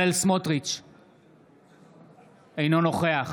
אינו נוכח